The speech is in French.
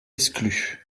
exclus